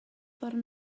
ffordd